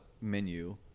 menu